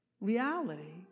reality